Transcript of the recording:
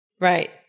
Right